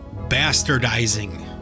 bastardizing